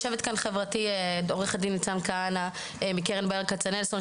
חברתי עו"ד ניצן כהנא מקרן ברל כצנלסון,